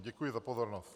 Děkuji za pozornost.